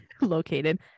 located